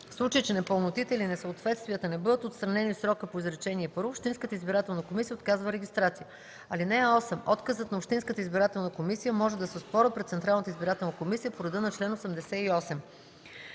В случай че непълнотите или несъответствията не бъдат отстранени в срока по изречение първо, общинската избирателна комисия отказва регистрация. (8) Отказът на общинската избирателна комисия може да се оспорва пред Централната избирателна комисия по реда на чл. 88.”